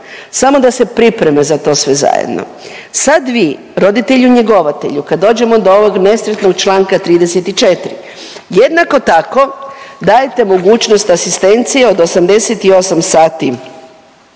samo da se pripreme za to sve zajedno. Sad vi roditelju njegovatelju kad dođemo do ovog nesretnog Članka 34. jednako tako dajete mogućnost asistencije od 88 sati.